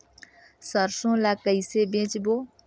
सरसो ला कइसे बेचबो?